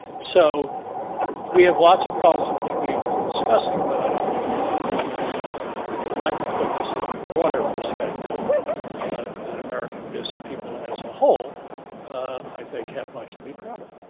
so we have lots of problems which we've been discussing. but i don't want ah to neglect to put this in the broader perspective that american business people as a whole i think have much to be proud of.